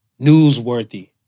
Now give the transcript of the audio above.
newsworthy